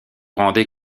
rendez